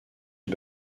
est